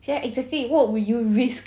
ya exactly what would you risk